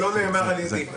זה לא נאמר על ידי.